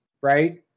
right